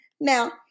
Now